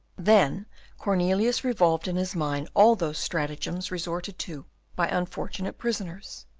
then cornelius revolved in his mind all those stratagems resorted to by unfortunate prisoners.